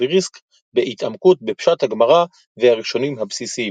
בריסק בהתעמקות בפשט הגמרא והראשונים הבסיסיים.